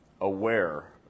aware